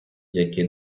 які